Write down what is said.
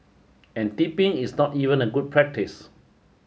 and tipping is not even a good practice